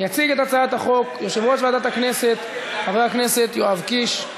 יציג את הצעת החוק יושב-ראש ועדת הכנסת חבר הכנסת יואב קיש.